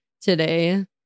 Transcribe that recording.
today